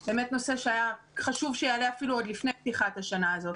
זה באמת נושא שהיה חשוב שיעלה אפילו עוד לפני פתיחת השנה הזאת.